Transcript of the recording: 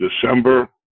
December